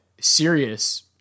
serious